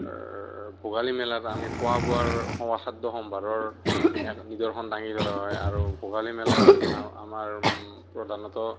ভোগালী মেলাত আমি খোৱা বোৱাৰ খাদ্য সম্ভাৰৰ এক নিদৰ্শন দাঙি ধৰা হয় আৰু ভোগালী মেলাত আ আমাৰ প্ৰধানত